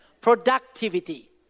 productivity